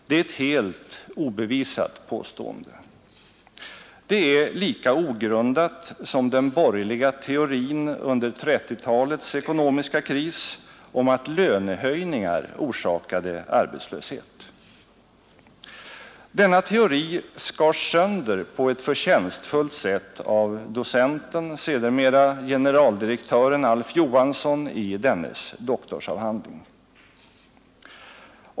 Det är ett helt obevisat påstående, lika ogrundat som den borgerliga teorin under 1930-talets ekonomiska kris om att lönehöjningar orsakade arbetslöshet. Denna teori skars sönder på ett förtjänstfullt sätt av docenten, sedermera generaldirektören Alf Johansson i dennes doktorsavhandling.